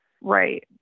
right